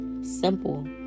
Simple